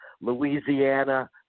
Louisiana